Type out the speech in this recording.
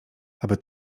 aby